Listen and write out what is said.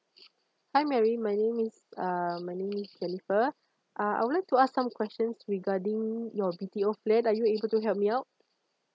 hi mary my name is uh my name is jennifer uh I would like to ask some questions regarding your B_T_O flat are you able to help me out